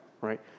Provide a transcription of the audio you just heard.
right